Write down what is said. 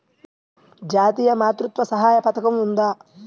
జాతీయ మాతృత్వ సహాయ పథకం ఉందా?